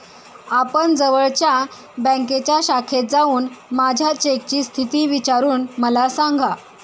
आपण जवळच्या बँकेच्या शाखेत जाऊन माझ्या चेकची स्थिती विचारून मला सांगा